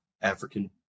African